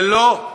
ולא,